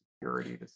security